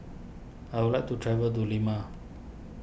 I would like to travel to Lima